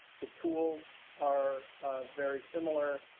the tools are very similar,